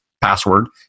password